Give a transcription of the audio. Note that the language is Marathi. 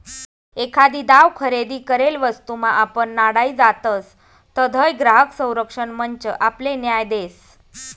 एखादी दाव खरेदी करेल वस्तूमा आपण नाडाई जातसं तधय ग्राहक संरक्षण मंच आपले न्याय देस